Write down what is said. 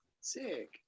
Sick